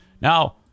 Now